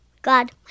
God